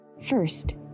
First